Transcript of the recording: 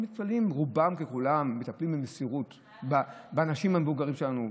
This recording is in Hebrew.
רובם ככולם מטפלים במסירות באנשים המבוגרים שלנו,